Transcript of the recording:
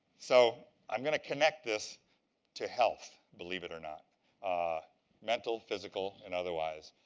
so i'm going to connect this to health, believe it or not mental, physical, and otherwise.